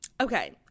Okay